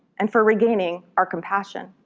and for regaining our compassion